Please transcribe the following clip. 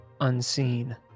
unseen